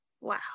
Wow